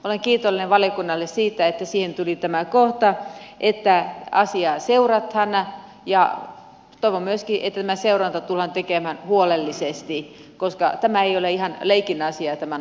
olen kiitollinen valiokunnalle siitä että siihen tuli tämä kohta että asiaa seurataan ja toivon myöskin että tämä seuranta tullaan tekemään huolellisesti koska ei ole ihan leikin asia tämän